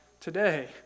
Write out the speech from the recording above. today